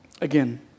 Again